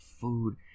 food